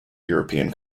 european